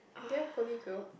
that holy grow